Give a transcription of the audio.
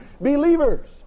believers